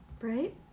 Right